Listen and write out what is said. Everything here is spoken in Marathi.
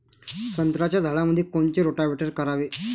संत्र्याच्या झाडामंदी कोनचे रोटावेटर करावे?